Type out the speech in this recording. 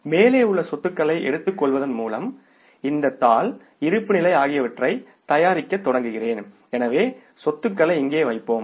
எனவே மேலே உள்ள சொத்துக்களை எடுத்துக்கொள்வதன் மூலம் இந்த தாள் இருப்புநிலை ஆகியவற்றைத் தயாரிக்கத் தொடங்குகிறேன் எனவே சொத்துக்களை இங்கே வைப்போம்